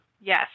Yes